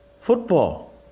football